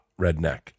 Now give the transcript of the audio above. redneck